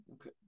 Okay